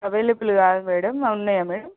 available కాదు madam ఉన్నాయా madam